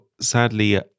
sadly